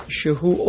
Shehu